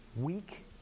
weak